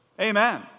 Amen